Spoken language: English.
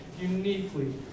uniquely